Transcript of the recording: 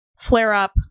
flare-up